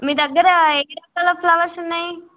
మీ దగ్గర ఏ ఏ రకాల ఫ్లవర్స్ ఉన్నాయి